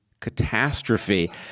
catastrophe